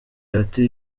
ati